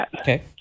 Okay